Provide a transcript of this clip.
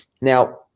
Now